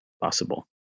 Possible